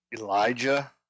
Elijah